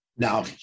Now